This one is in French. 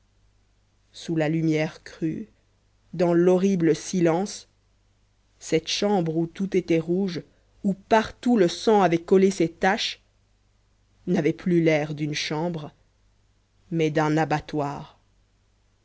sous la lumière crue dans l'horrible silence cette chambre où tout était rouge où partout le sang avait collé ses taches n'avait plus l'air d'une chambre mais d'un abattoir